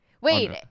wait